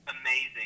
amazing